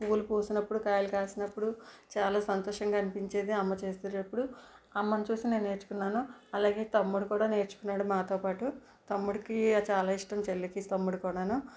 పువ్వులు పూసినప్పుడు కాయలు కాసినప్పుడు చాల సంతోషంగా అనిపించేది అమ్మ చేసే అపుడు అమ్మని చూసి నేను నేర్చుకున్నాను అలాగే తమ్ముడు కూడా నేర్చుకున్నాడు మాతోపాటు తమ్ముడికి చాల ఇష్టం చెల్లికి తమ్ముడికి కూడాను